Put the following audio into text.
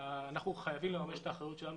אנחנו חייבים לממש את האחריות שלנו